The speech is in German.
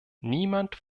niemand